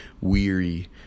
weary